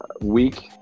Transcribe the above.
week